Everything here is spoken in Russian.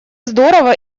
здорово